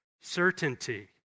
certainty